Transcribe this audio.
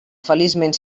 feliçment